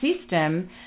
system